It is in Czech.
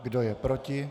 Kdo je proti?